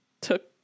took